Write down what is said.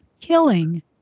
killing